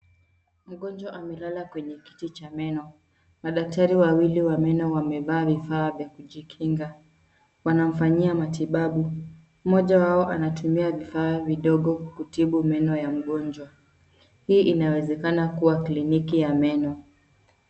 Mgonjwa amelala kwenye kiti cha meno. Madaktari wawili wa meno wamevaa vifaa vya kujikinga. Wanamfanyia matibabu. Mmoja wao anatumia vifaa vidogo kutibu meno ya mgonjwa. Hii inawezekana kuwa kliniki ya meno.